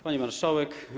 Pani Marszałek!